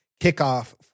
kickoff